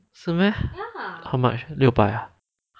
是咩 how much 六百啊